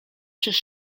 przez